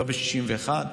לא ב-61,